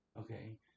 Okay